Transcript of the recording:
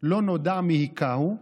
לא נודע מי הכהו.